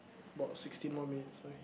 about sixteen more minutes so you can